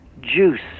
juice